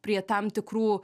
prie tam tikrų